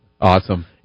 Awesome